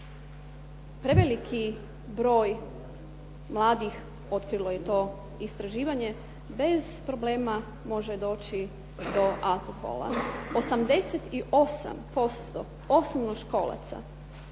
preveliki broj mladih otkrilo je to istraživanje bez problema može doći do alkohola. 88% osnovnoškolaca